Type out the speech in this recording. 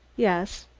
yes.